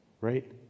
right